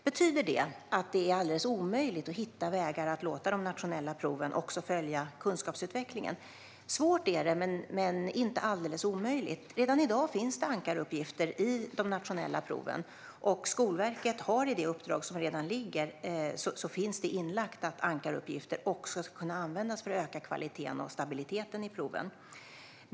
Betyder det att det är alldeles omöjligt att hitta vägar att låta de nationella proven också följa kunskapsutvecklingen? Svårt är det, men inte alldeles omöjligt. Redan i dag finns ankaruppgifter i de nationella proven. I liggande uppdrag till Skolverket finns inlagt att ankaruppgifter ska användas för att öka kvaliteten och stabiliteten i proven.